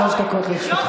שלוש דקות לרשותך.